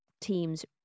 teams